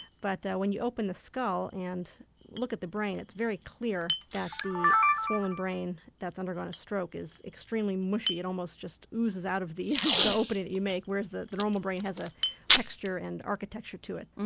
but when you open the skull and look at the brain it's very clear that the swollen brain that's undergone a stroke is extremely mushy, it almost just oozes out of the the opening you make, whereas the the normal brain has a texture and architecture to it.